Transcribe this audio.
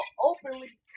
openly